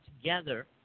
together